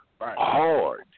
hard